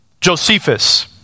Josephus